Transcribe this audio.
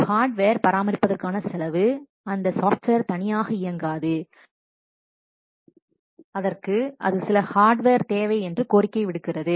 ஒரு ஹார்டுவேர் பராமரிப்பதற்கான செலவு இந்த சாஃப்ட்வேர் தனியாக இயங்காது அதற்கு அது சில ஹார்டுவேருக்கு கோரிக்கை விடுக்கிறது